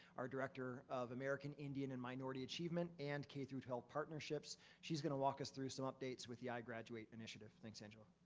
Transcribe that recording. our director of american, indian, and minority achievement and k twelve partnerships. she's gonna walk us through some updates with the ah igraduate initiative. thanks, angela.